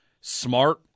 smart